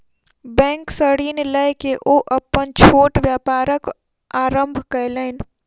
bank सॅ ऋण लय के ओ अपन छोट व्यापारक आरम्भ कयलैन